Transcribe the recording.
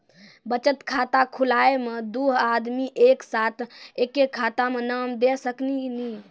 बचत खाता खुलाए मे दू आदमी एक साथ एके खाता मे नाम दे सकी नी?